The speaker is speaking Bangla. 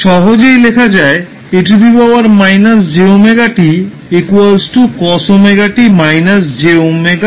সহজেই লেখা যায় e− jωt cos ωt − j sin ωt